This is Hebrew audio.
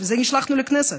בשביל זה נשלחנו לכנסת.